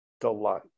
delight